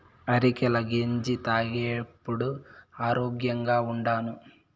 అరికెల గెంజి తాగేప్పుడే ఆరోగ్యంగా ఉండాను